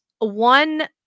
One